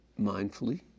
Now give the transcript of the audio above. mindfully